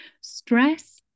Stress